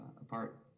apart